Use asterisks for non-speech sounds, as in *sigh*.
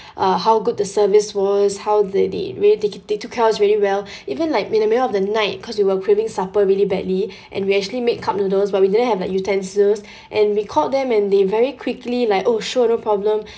uh how good the service was how the they really take they took care of us really well *breath* even like in the middle of the night cause we were craving supper really badly *breath* and we actually made cup noodles but we didn't have like utensils *breath* and we called them and they very quickly like oh sure no problem *breath*